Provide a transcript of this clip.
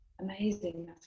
Amazing